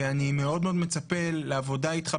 אני מאוד מאוד מצפה לעבודה איתך,